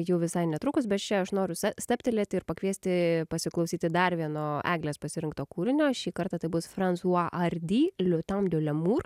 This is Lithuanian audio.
jau visai netrukus bet čia aš noriu sa stabtelėti ir pakviesti pasiklausyti dar vieno eglės pasirinkto kūrinio šį kartą tai bus francoise hardy le temps del amour